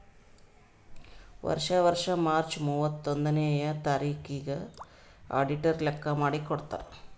ವರ್ಷಾ ವರ್ಷಾ ಮಾರ್ಚ್ ಮೂವತ್ತೊಂದನೆಯ ತಾರಿಕಿಗ್ ಅಡಿಟರ್ ಲೆಕ್ಕಾ ಮಾಡಿ ಕೊಡ್ತಾರ್